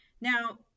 Now